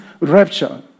rapture